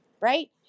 right